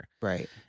Right